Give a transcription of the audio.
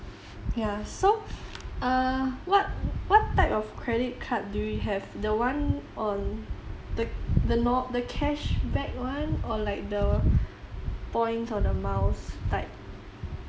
ya so uh what what type of credit card do you have the one on the the nor~ the cashback one or like the points or the miles type